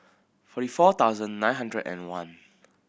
forty four thousand nine hundred and one